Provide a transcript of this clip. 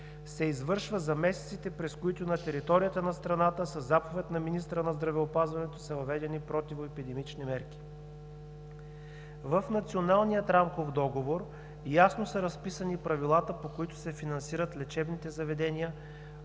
се извършва за месеците, през които на територията на страната със заповед на министъра на здравеопазването са въведени противоепидемични мерки. В Националния рамков договор ясно са разписани правилата, по които се финансират лечебните заведения,